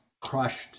crushed